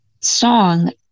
song